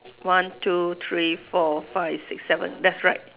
one two three four five six seven that's right